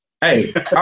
Hey